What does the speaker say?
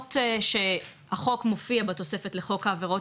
למרות שהחוק מופיע בתוספת לחוק העבירות